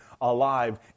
alive